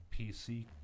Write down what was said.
PC